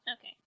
Okay